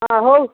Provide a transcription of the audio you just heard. ହଁ ହଉ